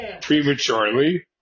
prematurely